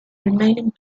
remaining